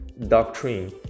doctrine